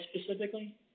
specifically